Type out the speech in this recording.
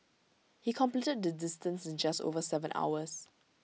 he completed the distance in just over Seven hours